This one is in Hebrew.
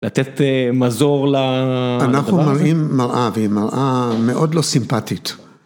לתת מזור לדבר הזה? אנחנו מראים מראה והיא מראה מאוד לא סימפטית.